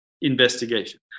investigation